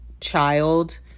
child